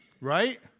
Right